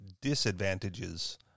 disadvantages